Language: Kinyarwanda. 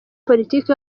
politiki